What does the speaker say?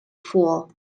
vor